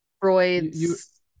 Freud's